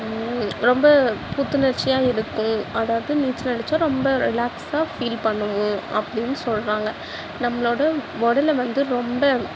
ரொம்ப புத்துணர்ச்சியாக இருக்கும் அதாவது நீச்சல் அடித்தா ரொம்ப ரிலாக்ஸாக ஃபீல் பண்ணுவோம் அப்டின்னு சொல்கிறாங்க நம்மளோடய உடலை வந்து ரொம்ப